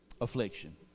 affliction